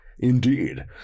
Indeed